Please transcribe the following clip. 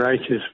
righteous